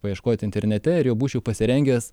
paieškoti internete ir jau būčiau pasirengęs